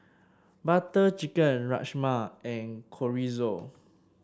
Butter Chicken Rajma and Chorizo